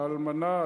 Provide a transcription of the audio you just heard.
לאלמנה,